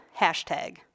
hashtag